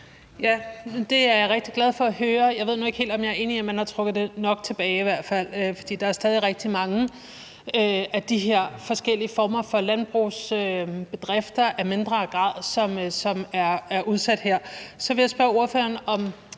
Det er jeg rigtig glad for at høre, men jeg ved nu ikke helt, om jeg er enig i, at man har trukket det nok tilbage, for der er stadig rigtig mange af de her forskellige former for landbrugsbedrifter af mindre grad, som er udsat her. Så vil jeg spørge ordføreren, om